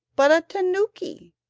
but a tanuki!